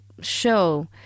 show